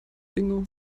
bingo